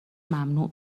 ممنوع